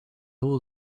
all